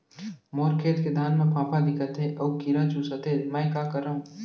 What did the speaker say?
मोर खेत के धान मा फ़ांफां दिखत हे अऊ कीरा चुसत हे मैं का करंव?